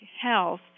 Health